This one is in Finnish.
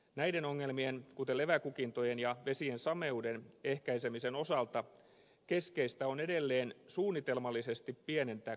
näiden ongel mien kuten leväkukintojen ja vesien sameuden ehkäisemisen osalta keskeistä on edelleen suunnitelmallisesti pienentää kuormitusta